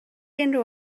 unrhyw